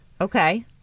Okay